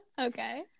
Okay